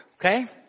Okay